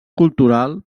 cultural